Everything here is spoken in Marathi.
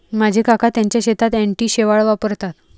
माझे काका त्यांच्या शेतात अँटी शेवाळ वापरतात